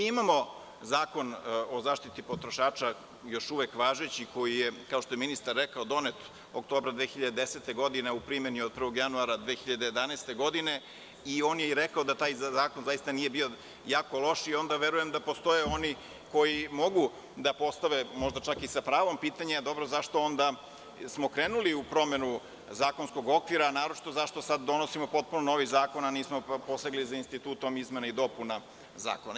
Imamo Zakon o zaštiti potrošača, još uvek važeći, koji je donet oktobra 2010. godine, a u primeni je od 1. januara 2011. godine i ministar je rekao da taj zakon nije bio jako loš i onda verujemda postoje oni koji mogu da postave i sa pravom pitanje – zašto smo onda krenuli u promenu zakonskog okvira, a naročito – zašto sada donosimo potpuno novi zakon a nismo posegli sa institutom izmena i dopuna Zakona?